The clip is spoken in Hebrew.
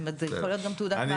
זה יכול להיות גם תעודת מעבר.